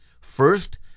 First